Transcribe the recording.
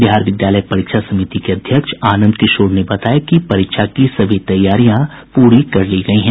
बिहार विद्यालय परीक्षा समिति के अध्यक्ष आनंद किशोर ने बताया कि परीक्षा की सभी तैयारियां पूरी कर ली गयी हैं